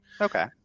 Okay